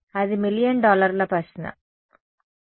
అది మిలియన్ డాలర్ల ప్రశ్న సరే